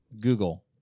Google